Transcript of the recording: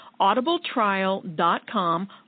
audibletrial.com